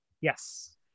yes